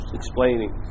explaining